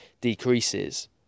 decreases